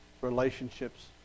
relationships